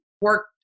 work